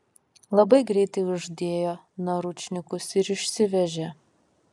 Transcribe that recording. labai greitai uždėjo naručnikus ir išsivežė